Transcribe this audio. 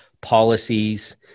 policies